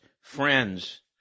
friends